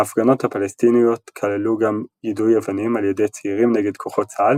ההפגנות הפלסטיניות כללו גם יידוי אבנים על ידי צעירים נגד כוחות צה"ל